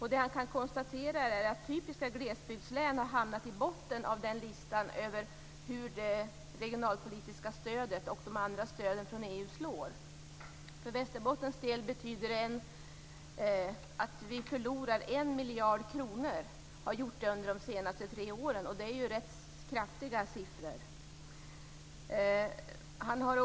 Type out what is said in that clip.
Han konstaterar att typiska glesbygdslän har hamnat i botten av listan över hur det regionalpolitiska stödet och de andra stöden från EU slår. För Västerbottens del betyder det att vi har förlorat en miljard kronor under de senaste tre åren. Det är ju ganska stora siffror.